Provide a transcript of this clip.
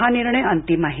हा निर्णय अंतिम आहे